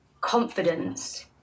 confidence